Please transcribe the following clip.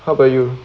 how about you ya